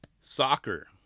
soccer